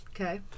okay